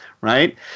Right